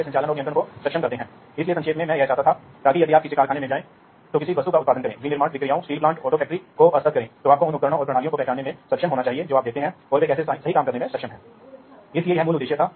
तो यह एक नेटवर्क है यह एक डिजिटल कंप्यूटर संचार नेटवर्क है हालांकि इस नेटवर्क पर बात करने वाले विभिन्न उपकरण हैं स्वचालन के लिए उपयोग किए जाने वाले उपकरण उदाहरण के लिए यह एक सेंसर हो सकता है या यह एक नियंत्रक हो सकता है या यह एक ऑपरेटर स्टेशन हो सकता है